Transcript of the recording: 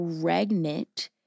pregnant